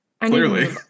Clearly